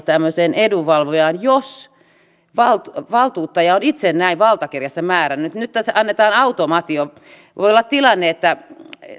tämmöiseen edunvalvojaan jos valtuuttaja valtuuttaja on itse näin valtakirjassa määrännyt nyt tässä annetaan automaatio voi olla tilanne että